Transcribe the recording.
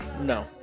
no